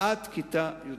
עד לכיתה י"ב.